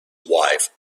wife